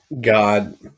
God